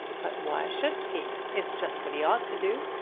but why shouldn't he? it's just what he ought to do.